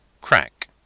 crack